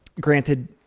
granted